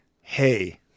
hey